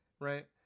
right